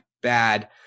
bad